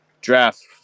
draft